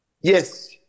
Yes